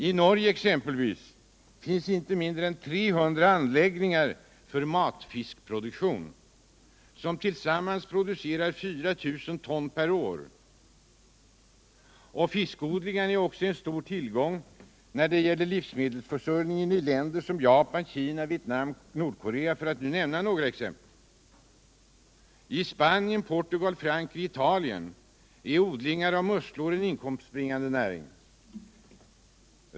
I Norge, exerapelvis, finns inte mindre än 300 anläggningar för matfiskproduktion, som tillsammans producerar ca 4000 ton per år. Fiskodlingar är också en stor tillgång för livsmedelsförsörjningen i länder som Japan, Kina, Vietnam oc Nordkorea, för att nu nämna några exempel. I Spanien, Portugal, Frankrike och Italien är odlingar av musslor en inkomstbringande näring.